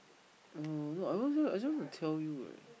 oh no I also I just want to tell you